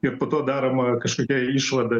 ir po to daroma kažkokia išvada